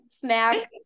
snack